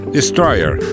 Destroyer